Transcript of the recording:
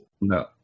No